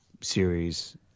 series